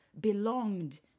belonged